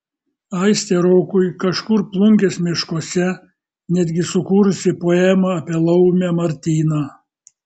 aistė rokui kažkur plungės miškuose netgi sukūrusi poemą apie laumę martyną